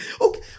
okay